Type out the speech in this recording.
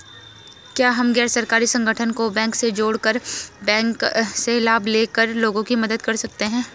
क्या हम गैर सरकारी संगठन को बैंक से जोड़ कर बैंक से लाभ ले कर लोगों की मदद कर सकते हैं?